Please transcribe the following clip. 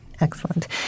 Excellent